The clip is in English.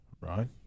right